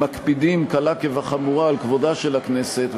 שמקפידים בקלה כבחמורה על כבודה של הכנסת,